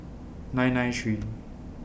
nine nine three